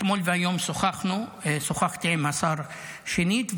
אתמול והיום שוחחתי עם השר שנית,